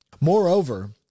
Moreover